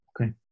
Okay